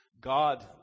God